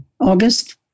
August